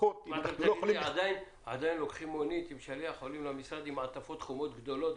לפחות --- עדיין מגיע שליח עם מעטפה חומה גדולה?